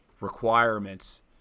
requirements